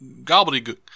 gobbledygook